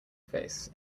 face